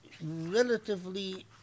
relatively